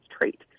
trait